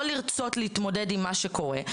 לא לרצות להתמודד עם מה שקורה.